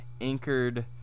anchored